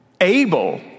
able